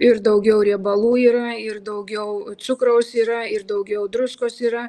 ir daugiau riebalų yra ir daugiau cukraus yra ir daugiau druskos yra